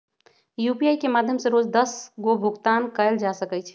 UPI के माध्यम से रोज दस गो भुगतान कयल जा सकइ छइ